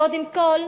קודם כול,